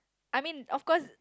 I mean of course